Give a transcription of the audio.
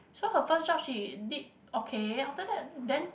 so her first job she did okay after that then